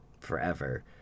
forever